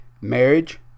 marriage